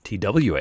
TWA